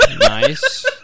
nice